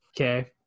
Okay